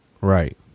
Right